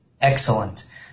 Excellent